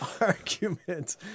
argument